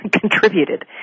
contributed